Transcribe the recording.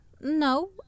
No